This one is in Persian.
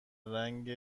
رنگ